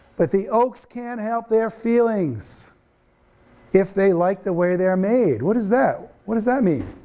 but the oaks can't help their feelings if they like the way they are made, what is that, what does that mean?